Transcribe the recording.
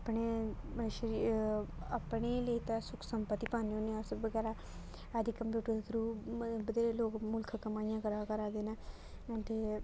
अपने शरीर अपने लेई ते सुक्ख संपत्ति पाह्ने होन्ने अस बगैरा अजकल्ल कंप्यूटर दे थ्रो मते बथेरे लोग मुल्ख कमाइयां करा करा दे ने ते